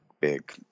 big